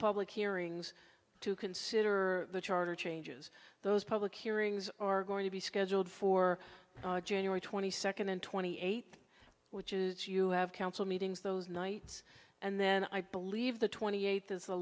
public hearings to consider the charter changes those public hearings are going to be scheduled for january twenty second and twenty eight which is you have council meetings those nights and then i believe the twenty eighth is the